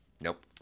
Nope